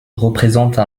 représente